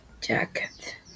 jacket